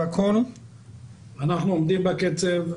אנחנו עומדים בקצב.